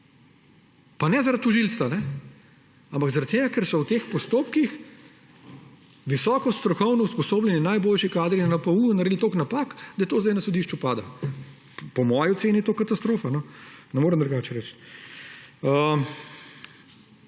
pa ne zaradi tožilca, ampak zaradi tega, ker so v teh postopkih visoko strokovno usposobljeni najboljši kadri na NPU naredili toliko napak, da to sedaj na sodišču pada. Po moji oceni je to katastrofa, ne morem drugače reči.